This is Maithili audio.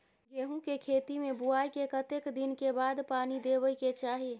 गेहूँ के खेती मे बुआई के कतेक दिन के बाद पानी देबै के चाही?